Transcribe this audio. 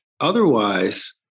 otherwise